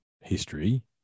history